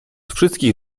wszystkich